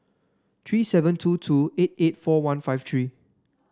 three seven two two eight eight four one five three